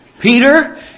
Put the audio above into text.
Peter